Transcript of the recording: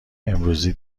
امروزی